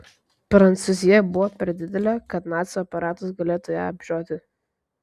prancūzija buvo per didelė kad nacių aparatas galėtų ją apžioti